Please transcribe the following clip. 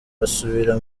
basubira